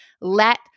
Let